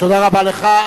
תודה רבה לך.